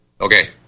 Okay